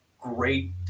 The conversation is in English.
great